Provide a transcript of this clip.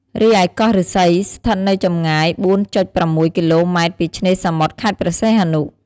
រីឯកោះឫស្សីស្ថិតនៅចម្ងាយ ៤.៦ គីឡូម៉ែត្រពីឆ្នេរសមុទ្រខេត្តព្រះសីហនុ។